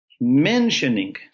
mentioning